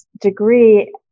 degree